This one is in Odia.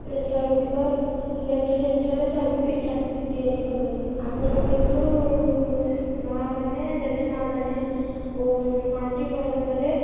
ପ୍ରେସର୍ କୁକର୍ ଇଲେକ୍ଟ୍ରି ଜିନିଷରେ ସବୁ ପିଠା ତିଆରି କଲେଣି ଆଗରୁ କିନ୍ତୁ ମାଆ ମାନେ ଜେଜେ ମା' ମାନେ ମାଟି ପଲମରେ